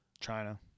China